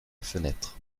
fenêtre